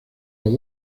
los